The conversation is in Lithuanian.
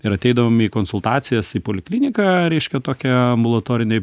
ir ateidavom į konsultacijas į polikliniką reiškia tokią ambulatorinį